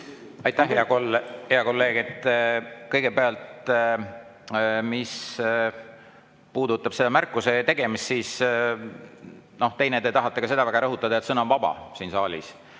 Aitäh, hea kolleeg! Kõigepealt, mis puudutab märkuse tegemist, siis on ka teine [asi], te tahate seda väga rõhutada, et sõna on vaba siin saalis.